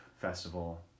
festival